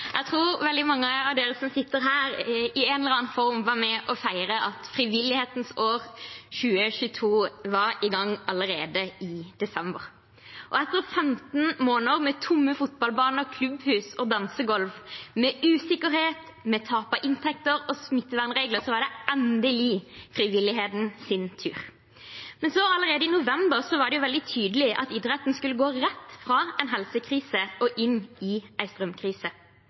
Jeg tror veldig mange av dere som sitter her, i en eller annen form var med og feiret at frivillighetens år, 2022, var i gang, allerede i desember. Etter 15 måneder med tomme fotballbaner, klubbhus og dansegulv, med usikkerhet, tap av inntekter og smittevernregler, var det endelig frivillighetens tur. Men allerede i november var det veldig tydelig at idretten skulle gå rett fra en helsekrise og inn i